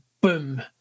boom